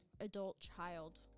adult-child